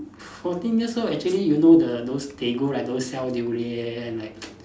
fourteen years old actually you know the those they go like those sell durians like